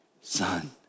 son